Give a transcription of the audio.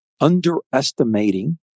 underestimating